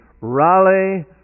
rally